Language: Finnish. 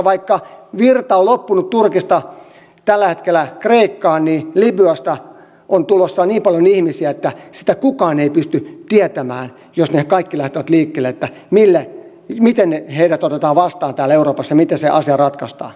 vaikka virta on tällä hetkellä loppunut turkista kreikkaan niin libyasta on tulossa niin paljon ihmisiä että sitä kukaan ei pysty tietämään jos he kaikki lähtevät liikkeelle miten heidät otetaan vastaan täällä euroopassa miten se asia ratkaistaan